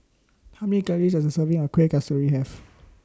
How Many Calories Does A Serving of Kueh Kasturi Have